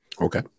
Okay